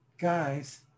guys